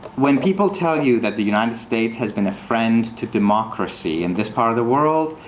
when people tell you that the united states has been a friend to democracy in this part of the world,